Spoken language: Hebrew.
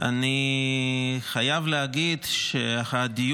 שלום דנינו, משה גפני, דוד